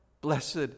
Blessed